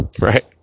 Right